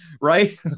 right